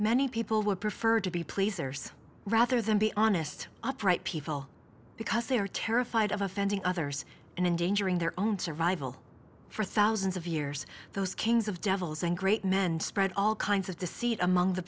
many people would prefer to be pleasers rather than be honest upright people because they are terrified of offending others and in danger in their own survival for thousands of years those kings of devils and great men spread all kinds of deceit among the